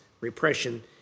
repression